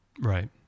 Right